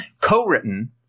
co-written